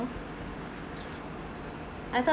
I thought